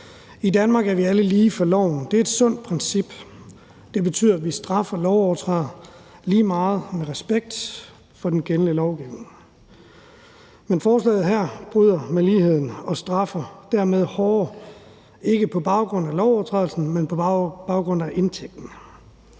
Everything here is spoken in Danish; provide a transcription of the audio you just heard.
I Danmark er vi alle lige for loven. Det er et sundt princip. Det betyder, at vi straffer lovovertrædere lige meget med respekt for den gældende lovgivning. Men forslaget her bryder med ligheden og straffer dermed hårdere, ikke på baggrund af lovovertrædelsen, men på baggrund af indtægten.